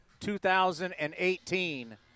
2018